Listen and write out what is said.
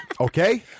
Okay